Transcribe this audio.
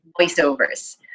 voiceovers